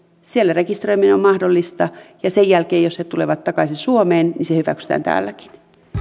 siellä rekisteröiminen on mahdollista ja sen jälkeen jos he tulevat takaisin suomeen se hyväksytään täälläkin